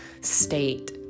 state